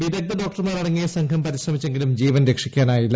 വിദഗ്ധ ഡോക്ടർമാർ അടങ്ങിയ സംഘം പരിശ്രമിച്ചെങ്കിലും ജീവൻ രക്ഷിക്കാനായില്ല